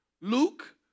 Luke